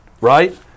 right